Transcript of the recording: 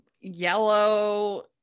yellow